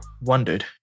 wondered